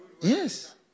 Yes